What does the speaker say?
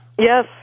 Yes